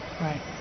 Right